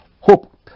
hope